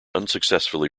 unsuccessfully